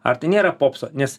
ar tai nėra popso nes